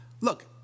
Look